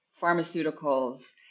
pharmaceuticals